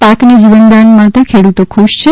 પાકને જીવનદાન મળતા ખેડૂતો ખુશ થયા છે